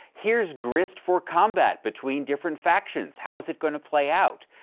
here's grist for combat between different factions. how is it going to play out?